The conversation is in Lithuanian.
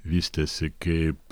vystėsi kaip